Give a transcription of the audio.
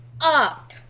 up